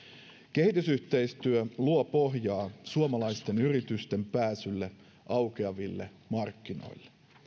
kehitysyhteistyö luo pohjaa suomalaisten yritysten pääsylle aukeaville markkinoille